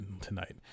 tonight